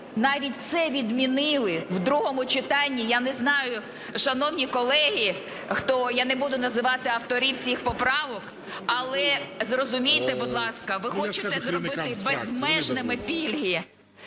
Навіть це відмінили в другому читанні. Я не знаю, шановні колеги, хто, я не буду називати авторів цих поправок, але зрозумійте, будь ласка, ви хочете зробити безмежними пільги.